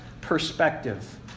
perspective